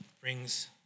brings